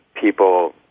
people